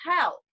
help